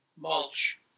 mulch